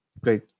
Great